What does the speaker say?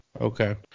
Okay